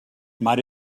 might